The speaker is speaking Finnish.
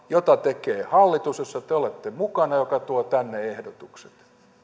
jota tekee hallitus jossa te te olette mukana ja joka tuo tänne ehdotukset